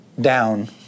down